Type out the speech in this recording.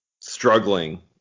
struggling